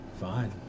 Fine